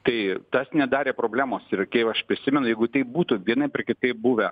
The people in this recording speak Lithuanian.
tai tas nedarė problemos ir kai jau aš prisimenu jeigu tai būtų vienaip ar kitaip buvę